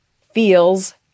feels